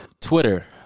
Twitter